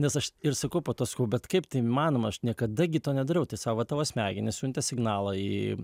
nes aš ir sakau po to sakau bet kaip tai įmanoma aš niekada gi to nedariau tai sako va tavo smegenys siuntė signalą į